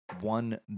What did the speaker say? One